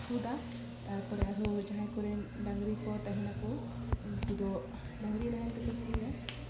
ᱛᱩᱫᱟ ᱛᱟᱨᱯᱚᱨᱮ ᱟᱨᱦᱚᱸ ᱡᱟᱦᱟᱸᱭ ᱠᱚᱨᱮᱱ ᱰᱟᱝᱨᱤ ᱠᱚ ᱛᱟᱦᱮᱱᱟᱠᱚ ᱩᱱᱠᱩ ᱫᱚ ᱰᱟᱝᱨᱤ ᱱᱟᱦᱮᱞ ᱛᱮᱠᱚ ᱥᱤᱭᱟ